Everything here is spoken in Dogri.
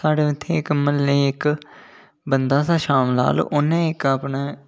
साढ़े उत्थै म्हल्ले इक बंदा हा शाम लाल मतलब उ'न्न इक अपने